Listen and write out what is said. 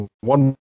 One